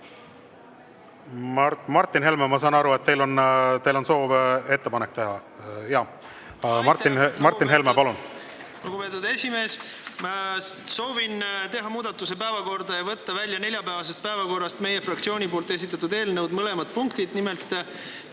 Martin Helme, ma saan aru, et teil on soov ettepanek teha. Martin Helme, palun!